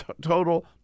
total